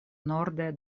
norde